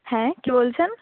হ্যাঁ কে বলছেন